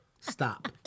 Stop